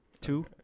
Two